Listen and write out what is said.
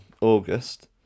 August